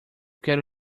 quero